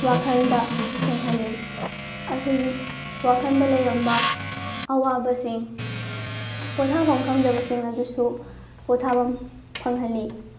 ꯋꯥꯈꯜꯗ ꯁꯦꯡꯍꯜꯂꯤ ꯑꯩꯈꯣꯏꯒꯤ ꯋꯥꯈꯜꯗ ꯂꯩꯔꯝꯕ ꯑꯋꯥꯕꯁꯤꯡ ꯄꯣꯊꯥꯐꯝ ꯈꯪꯗꯕꯁꯤꯡ ꯑꯗꯨꯁꯨ ꯄꯣꯊꯥꯕ ꯐꯪꯍꯜꯂꯤ